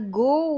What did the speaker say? go